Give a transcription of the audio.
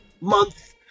month